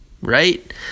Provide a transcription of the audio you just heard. right